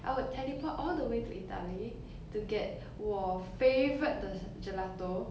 I would teleport all the way to italy to get 我 favourite 的 gelato